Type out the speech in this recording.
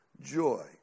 joy